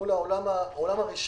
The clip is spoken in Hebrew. מול העולם הראשון,